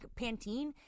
Pantene